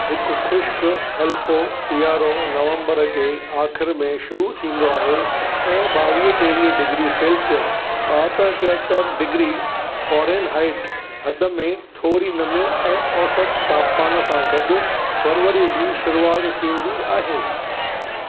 हिकु खु़श्क हल्को सियारो नवंबर जे आख़िरि में शुरू थींदो आहे ऐं ॿावीह टेवीह डिग्री सेल्सियस ॿहतरि तेहतरि डिग्री फारेनहाइट हद में थोरी नमी ऐं औसत तापमान सां गडु॒ फरवरी जी शुरुआत थींदी आहे